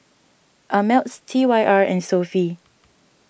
Ameltz T Y R and Sofy